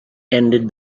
ended